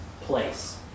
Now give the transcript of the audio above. place